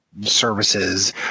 services